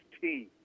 team